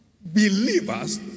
believers